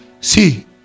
see